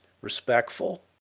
respectful